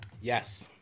yes